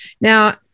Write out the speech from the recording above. Now